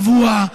צבוע,